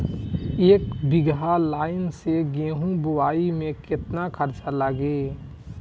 एक बीगहा लाईन से गेहूं बोआई में केतना खर्चा लागी?